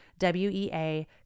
wea